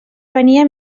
venia